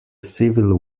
civil